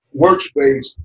workspace